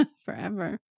forever